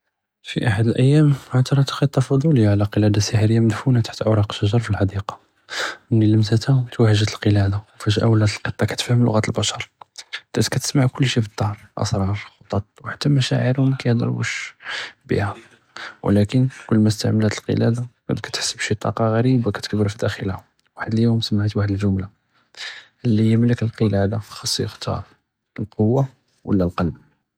פי אחד אלאיאם עט'רת קטה פדוליה עלא קלאדה מדפונה תחת אואראק א־שג'ר פי אלחדיקא, מנין לבסתהא תוהג'ת אלקלאדה, ופג'אה וلات אלקטה כתפهم לוגת אלבשר, וلات כתסמע כל שי פי א־לדר, אסראר חְטט ואחתא משאעְרהם כיהדרו ואש ביהא, ולאכן כלמא אסתעמלת אלקלאדה כאנת כתחס בשי טאקה ע'ריבה כתכּבר פי דאכלהא, וחד אליום סמעת וחד אלג'ומלה אלי ימלכ אלקלאדה ח'סה יכתאר אלקוה ולא אלקלב؟